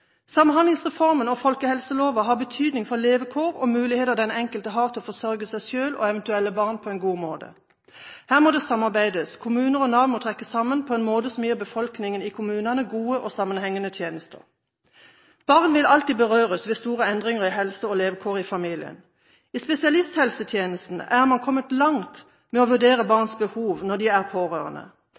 Samhandlingsreformen og folkehelseloven har betydning for levekår og muligheter den enkelte har til å forsørge seg selv og eventuelle barn på en god måte. Her må det samarbeides. Kommuner og Nav må trekke sammen på en måte som gir befolkningen i kommunene gode og sammenhengende tjenester. Barn vil alltid berøres ved store endringer i helse og levekår i familien. I spesialisthelsetjenesten er man kommet langt i å vurdere barns behov når de er pårørende.